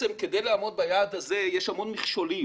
כדי לעמוד ביעד הזה יש המון מכשולים,